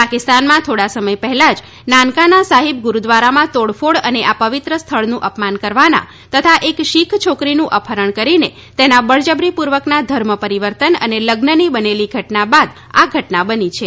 પાકિસ્તાનમાં થોડા સમય પહેલા જ નાનકાના સાહિબ ગુરુદ્રારમાં તોડ ફોડ અને આ પવિત્ર સ્થળનું અપમાન કરવાના તથા એક શિખ છોકરીનું અપહરણ કરીને તેના બળજબરી પૂર્વકના ધર્મ પરિવર્તન અને લઝની બનેલી ઘટના બાદ આ ઘટના બની છે